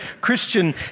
Christian